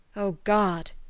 oh, god!